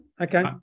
Okay